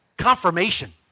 confirmation